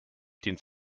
den